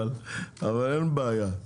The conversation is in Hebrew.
אבל אין בעיה,